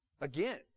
Again